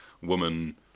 woman